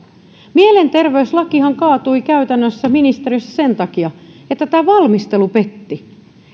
mielenterveyslakihan kaatui ministeriössä käytännössä sen takia että valmistelu petti